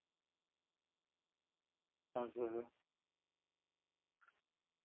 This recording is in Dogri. आं खाई सकदे